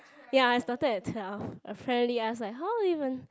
ya I started at twelve a friend ask me how do you even